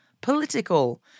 political